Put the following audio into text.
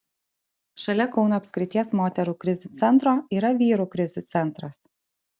šalia kauno apskrities moterų krizių centro yra vyrų krizių centras